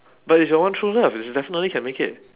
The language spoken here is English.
but it's your one true love it's definitely can make it